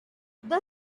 the